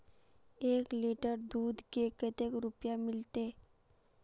एक लीटर दूध के कते रुपया मिलते?